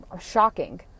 shocking